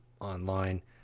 online